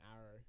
arrow